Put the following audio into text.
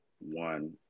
one